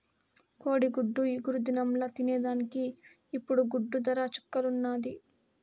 కోడిగుడ్డు ఇగురు దినంల తినేదానికి ఇప్పుడు గుడ్డు దర చుక్కల్లున్నాది